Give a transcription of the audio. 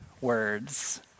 words